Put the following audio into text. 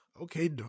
Okay